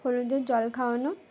হলুদের জল খাওয়ানো